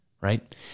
Right